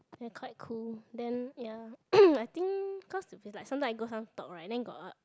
they're quite cool then ya I think cause if is like sometime I go some talk right then got ah